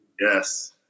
Yes